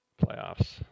playoffs